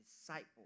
disciple